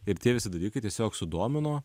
ir tie visi dalykai tiesiog sudomino